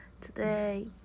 today